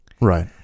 Right